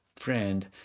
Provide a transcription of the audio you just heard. friend